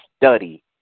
study